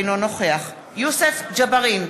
אינו נוכח יוסף ג'בארין,